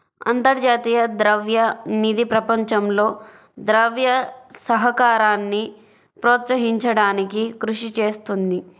అంతర్జాతీయ ద్రవ్య నిధి ప్రపంచంలో ద్రవ్య సహకారాన్ని ప్రోత్సహించడానికి కృషి చేస్తుంది